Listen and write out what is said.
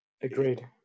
agreed